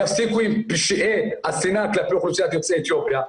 יפסיקו עם פשעי השנאה כלפי אוכלוסיית יוצאי אתיופיה,